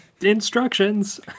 instructions